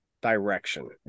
direction